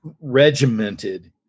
regimented